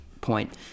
point